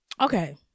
Okay